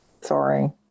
Sorry